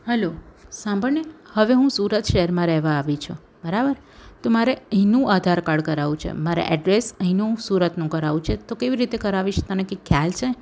hello સાંભળને હવે હું સુરત શહેરમાં રહેવા આવી છું બરાબર તો મારે અહીંનું આધાર કાર્ડ કરાવવું છે મારે એડ્રેસ અહીંનું સુરતનું કરાવવું છે તો કેવી રીતે કરાવીશ તને કંઈ ખ્યાલ છે